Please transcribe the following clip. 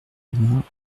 vingt